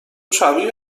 شبیه